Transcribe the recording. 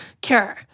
cure